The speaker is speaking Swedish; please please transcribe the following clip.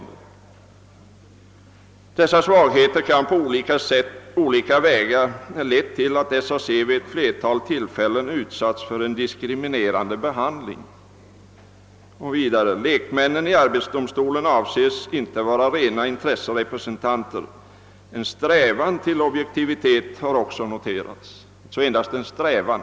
——— Dessa svagheter har på olika vägar lett till att SAC vid ett flertal tillfällen utsatts för en diskriminerande behandling.» Vidare anför motionärerna: »Lekmännen i arbetsdomsto len avses inte vara rena intresserepresentanter. En strävan till objektivitet i bedömningen har också noterats.» Det är alltså endast fråga om en strävan!